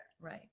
Right